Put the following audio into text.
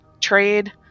trade